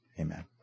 Amen